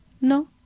No